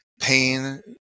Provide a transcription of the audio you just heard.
pain